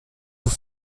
vous